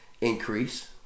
increase